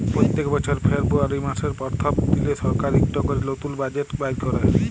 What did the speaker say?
প্যত্তেক বছর ফেরবুয়ারি ম্যাসের পরথম দিলে সরকার ইকট ক্যরে লতুল বাজেট বাইর ক্যরে